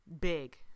big